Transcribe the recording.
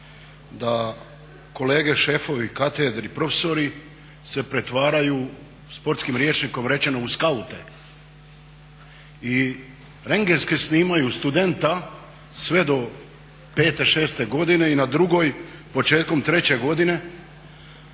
da kolege šefovi katedri, profesori se pretvaraju, sportski rječnikom rečeno u skaute i rendgenski snimaju studenta sve do pete, šeste godine i na drugoj, početkom treće godine